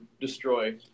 destroy